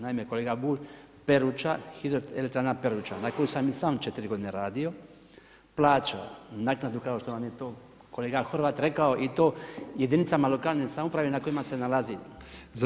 Naime, kolega Bulj, hidroelektrana Peruča, na kojoj sam i sam 4 godine radio, plaća naknadu kao što vam je to kolega Horvat rekao i to jedinicama lokalne samouprave na kojima se nalazi